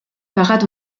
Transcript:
parade